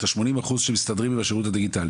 את ה-80% שמסתדרים עם השירות הדיגיטלי